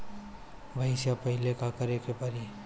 भइसी पालेला का करे के पारी?